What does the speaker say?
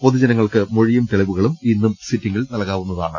പൊതുജനങ്ങൾക്ക് മൊഴിയും തെളിവു കളും ഇന്നും സിറ്റിംഗിൽ നൽകാവുന്നതാണ്